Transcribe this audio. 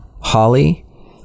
Holly